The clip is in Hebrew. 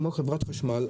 כמו חברת חשמל,